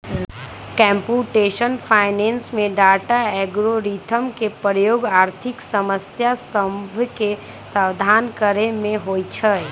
computational finance में data, algorithm के प्रयोग आर्थिक समस्या सभके समाधान करे में होइ छै